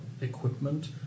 equipment